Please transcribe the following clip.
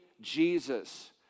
Jesus